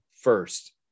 first